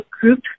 group